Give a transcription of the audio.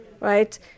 right